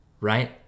Right